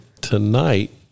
tonight